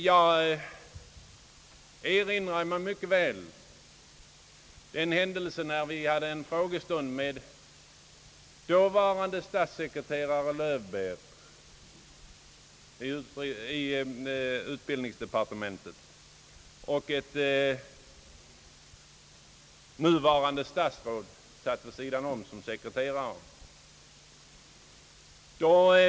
Jag erinrar mig mycket väl en frågestund som vi hade med dåvarande statssekreterare Löwbeer i utbildningsdepartementet, då ett nuvarande statsråd satt vid sidan som sekreterare.